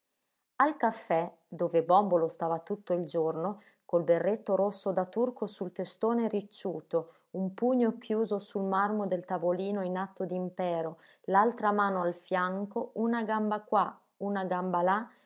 al caffè dove bòmbolo stava tutto il giorno col berretto rosso da turco sul testone ricciuto un pugno chiuso sul marmo del tavolino in atto d'impero l'altra mano al fianco una gamba qua una gamba là